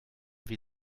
wie